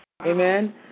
Amen